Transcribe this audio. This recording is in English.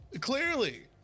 Clearly